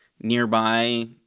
nearby